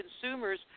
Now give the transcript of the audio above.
consumers